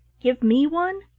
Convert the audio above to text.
give me one?